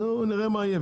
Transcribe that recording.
נו נראה מה יהיה,